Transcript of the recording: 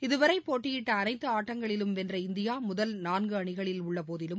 இதுவரை போட்டியிட்ட அனைத்து ஆட்டங்களிலும் வென்ற இந்தியா முதல் நான்கு அணிகளில் உள்ளபோதிலும்